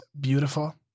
beautiful